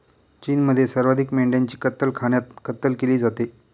चीनमध्ये सर्वाधिक मेंढ्यांची कत्तलखान्यात कत्तल केली जाते